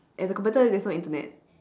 at the computer there's no internet